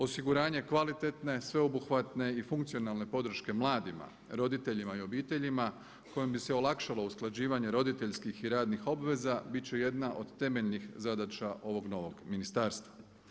Osiguranje kvalitetne, sveobuhvatne i funkcionalne podrške mladima, roditeljima i obiteljima kojima bi se olakšalo usklađivanje roditeljskih i radnih obveza bit će jedna od temeljnih zadaća ovog novog ministarstva.